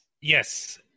Yes